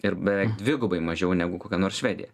ir beveik dvigubai mažiau negu kokia nors švedija